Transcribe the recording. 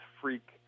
freak